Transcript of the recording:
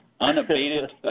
unabated